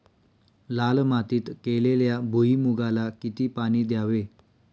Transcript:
लाल मातीत केलेल्या भुईमूगाला किती पाणी द्यावे?